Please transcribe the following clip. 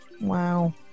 Wow